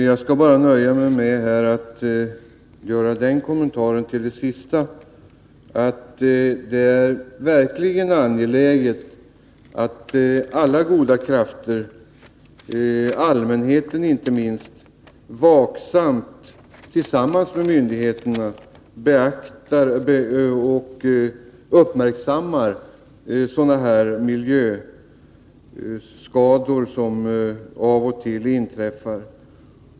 Herr talman! Jag skall nöja mig med att göra den kommentaren att det verkligen är angeläget att alla goda krafter, allmänheten inte minst, tillsammans med myndigheterna uppmärksammar de miljöskador som av och till inträffar.